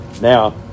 Now